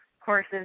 courses